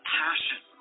passion